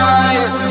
eyes